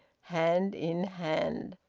hand in hand.